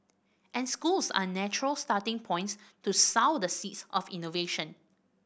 and schools are natural starting points to sow the seeds of innovation